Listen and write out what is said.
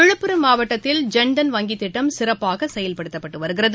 விழுப்புரம் மாவட்டத்தில் ஜன்தன் வங்கிதிட்டம் சிறப்பாகசெயல்படுத்தப்பட்டுவருகிறது